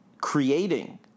creating